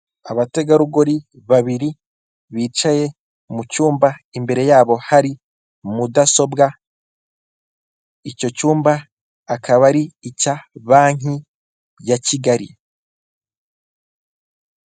Abategarugori babiri bicaye mu cyumba imbere yabo hari mudasobwa icyo cyumba akaba ari icya banki ya Kigali.